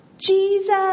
Jesus